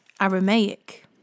Aramaic